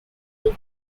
will